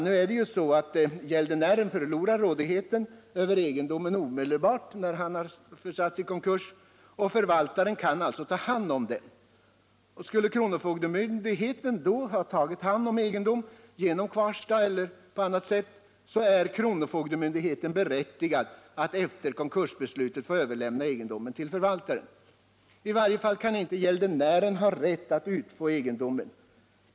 Nu är det ju så att gäldenären förlorar sin rådighet över egendomen omedelbart då han försatts i konkurs, och förvaltaren kan alltså ta hand om den. Skulle kronofogdemyndigheten då ha tagit hand om egendomen genom kvarstad eller på annat sätt, är kronofogdemyndigheten berättigad att efter konkursbeslutet överlämna egendomen till förvaltaren. I varje fall kan inte gäldenären ha rätt att utfå egendomen.